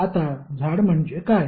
आता झाड म्हणजे काय